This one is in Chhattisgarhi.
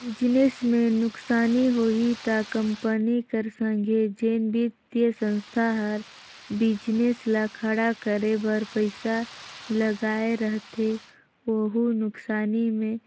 बिजनेस में नुकसानी होही ता कंपनी कर संघे जेन बित्तीय संस्था हर बिजनेस ल खड़ा करे बर पइसा लगाए रहथे वहूं नुकसानी में